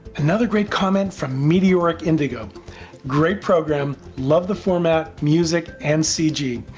another great comment from meteoricindigo great program, love the format, music, and cg!